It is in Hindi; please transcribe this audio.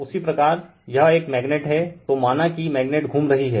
उसी प्रकार यह एक मैगनेट हैं तो माना कि मैगनेट घूम रही है